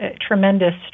tremendous